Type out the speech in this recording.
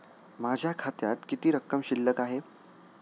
माझ्या खात्यात किती रक्कम शिल्लक आहे?